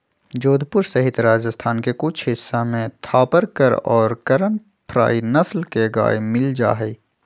जोधपुर सहित राजस्थान के कुछ हिस्सा में थापरकर और करन फ्राइ नस्ल के गाय मील जाहई